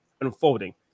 unfolding